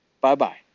Bye-bye